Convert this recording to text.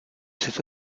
cet